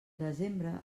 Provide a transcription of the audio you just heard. desembre